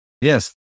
Yes